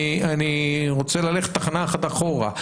אני רוצה ללכת תחנה אחת אחורה,